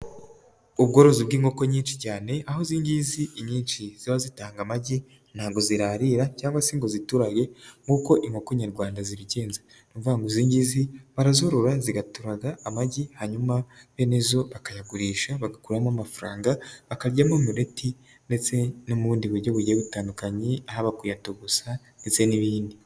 Ubworozi bw'inkoko nyinshi cyane, aho izi ngizi inyinshi ziba zitanga amagi, ntabwo zirarira cyangwa se ngo ziturage nk'uko inkoko nyarwanda zibigenza, ni ukuvuga ngo izi ngizi barazorora zigaturaga amagi hanyuma bene zo bakayagurisha, bagakuramo amafaranga, bakayaryamo umuleti ndetse no mu bundi buryo bugiye butandukanye, haba kuyatogosa ndetse n'ibindi.